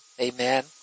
Amen